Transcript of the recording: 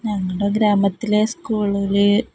ഞങ്ങളുടെ ഗ്രാമത്തിലെ സ്കൂളില്